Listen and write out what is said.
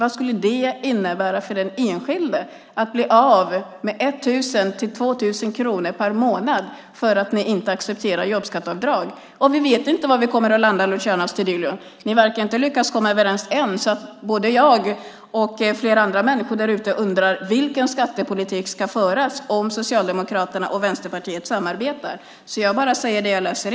Vad skulle det innebära för den enskilde att bli av med 1 000-2 000 kronor per månad för att ni inte accepterar jobbskatteavdraget? Vi vet inte var ni kommer att landa, Luciano Astudillo. Ni verkar inte lyckas komma överens än, så både jag och andra människor där ute undrar vilken skattepolitik som ska föras om Socialdemokraterna och Vänsterpartiet samarbetar. Jag säger alltså bara det jag kan läsa här.